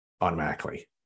automatically